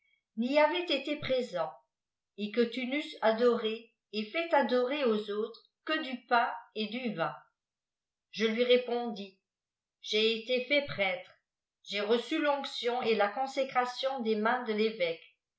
avaient été présents et que tu n'eusses adoré et fait adorer aux autres que du pain et du vin je lui répondis j'ai été fait prêtre j'ai reçu fonction et la consécration des mains de t'évêque